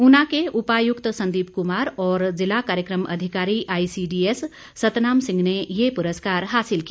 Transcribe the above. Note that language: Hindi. ऊना के उपायुक्त संदीप कुमार और ज़िला कार्यक्रम अधिकारी आईसीडीएस सतनाम सिंह ने ये पुरस्कार हासिल किया